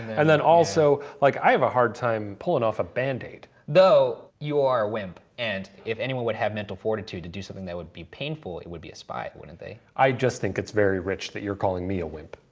and then also. like, i have a hard time pulling off a bandaid. though, you are a wimp. and if anyone would have mental fortitude to do something that would painful, it would be a spy, wouldn't they? i just think it's very rich that you're calling me a wimp.